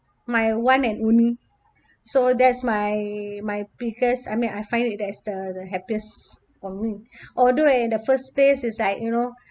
my one and only so that's my my biggest I mean I find it that's the the happiest for me although in the first place it's like you know